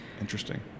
Interesting